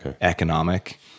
economic